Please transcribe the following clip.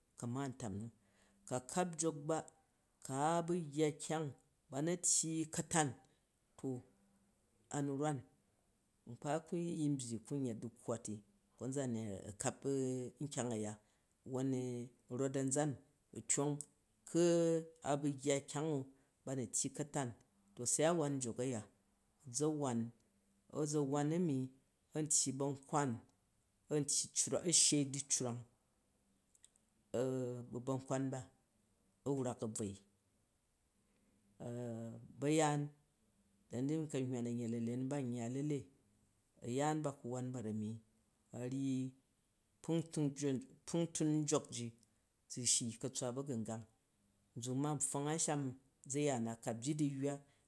Kamo-ntami ka kap jok ba, kad bu yya kyang b na tyyi ka̱tan to a̱ nnkwan nkpa yin byyi ku̱yu nyet dụkkwati konzam ayin a kap rukyang aya not anʒon u hyong ku a bu yya dyang ba na, tyyi ka̱ tan to ge a wan jok aya u za wan, a ʒa wan a mi an tyyi bankwan amtyyi, ar a sshau di crwang bu bankwan ba a wrak abvoi bayaan da ni di nkam hywa ni ban yya alele nyaan ba ku won buzami towyyi kprang tun jin, kpung tun yok ji ʒu shii katswa bagangan. Nʒuk ma n pfong a̱nsham ʒa ya na ka̱ byyi duyywa